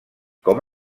com